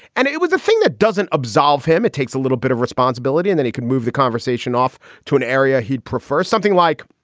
and it was a thing that doesn't absolve him. it takes a little bit of responsibility and and he can move the conversation off to an area he'd prefer something like.